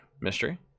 mystery